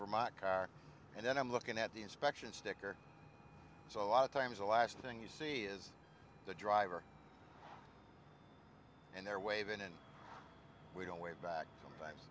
vermont car and then i'm looking at the inspection sticker so a lot of times the last thing you see is the driver and they're waving and we don't wave back